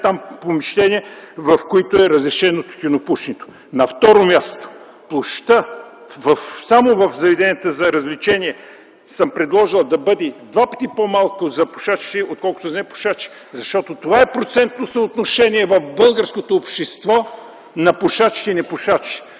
в помещения, в които е разрешено тютюнопушенето. На второ място, площта само в заведенията за развлечение съм предложил да бъде два пъти по-малко за пушачите, отколкото за непушачите, защото това е процентно съотношение в българското общество на пушачите и непушачите.